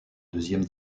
deuxième